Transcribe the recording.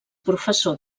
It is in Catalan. professor